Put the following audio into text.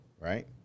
right